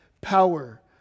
power